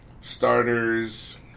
starters